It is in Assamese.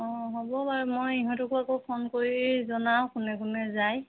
অঁ হ'ব বাৰু মই ইহঁতকো আকৌ ফোন কৰি জনাও কোনে কোনে যায়